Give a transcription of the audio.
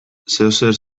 zeozer